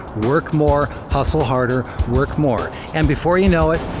work more, hustle harder, work more, and before you know it,